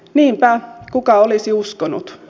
niinpä kuka olisi uskonut